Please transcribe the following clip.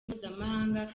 mpuzamahanga